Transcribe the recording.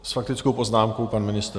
S faktickou poznámkou pan ministr.